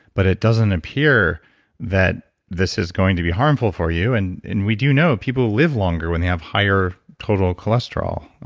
but it doesn't appear that this is going to be harmful for you. and we do know people who live longer when they have higher total cholesterol on.